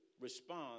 respond